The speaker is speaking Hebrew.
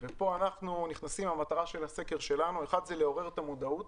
וכאן המטרה של הסקר שלנו היא לעורר את המודעות